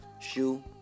shoe